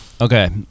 okay